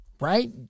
right